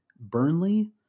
Burnley